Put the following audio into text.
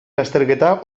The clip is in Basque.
lasterketa